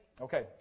Okay